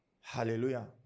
Hallelujah